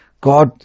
God